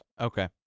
okay